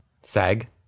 Sag